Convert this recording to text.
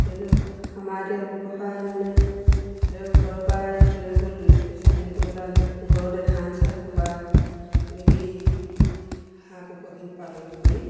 ধৰি লওক আমাৰ এতিয়া ব্যৱসায় মানে ধৰি লওক ঘৰৰপৰাই লৈ গ'ল দুই এক পইচা সেনেকৈও ওলালে ঘৰতে ধান চাউল খোৱাই সেনেকৈয়ে হাঁহ কুকুৰাখিনি পালন কৰি